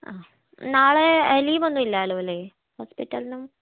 ആ നാളെ ലീവൊന്നും ഇല്ലാലോ ലെ ഹോസ്പിറ്റൽന്നും